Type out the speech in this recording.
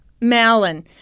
Malin